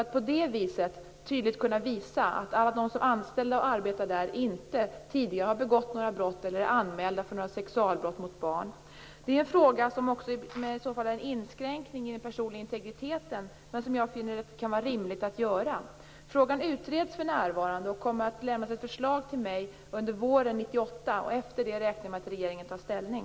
På det viset kan vi tydligt visa att alla som är anställda och arbetar där tidigare inte har begått några brott eller är anmälda för sexualbrott mot barn. Detta innebär en inskränkning i den personliga integriteten som jag dock tycker kan vara rimlig att göra. Frågan utreds för närvarande. Det kommer att lämnas ett förslag till mig under våren 1998. Efter det räknar jag med att regeringen tar ställning.